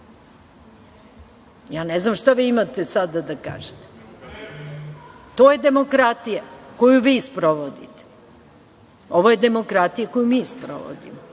znam šta vi imate sada da kažete. To je demokratija koju vi sprovodite. Ovo je demokratija koju mi sprovodimo.